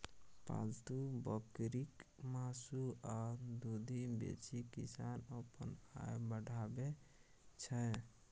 पालतु बकरीक मासु आ दुधि बेचि किसान अपन आय बढ़ाबै छै